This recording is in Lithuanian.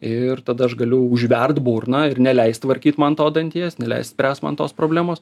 ir tada aš galiu užvert burną ir neleist tvarkyt man to danties neleist spręst man tos problemos